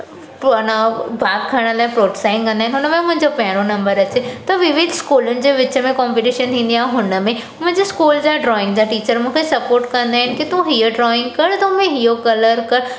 पोइ आहे न भाॻु खणण लाइ प्रोत्साहित कंदा आहिनि न हुनमें मुंहिंजो पहिरियों नंबर अचे त विविध स्कूलनि जे विच में कॉम्पिटीशन थींदी आहे हुनमें मुंहिंजे स्कूल जा ड्राइंग जा टीचर मूंखे सपोर्ट कंदा आहिनि की तूं हीअ ड्रॉइंग कर तूं हुनमें इहो कलर कर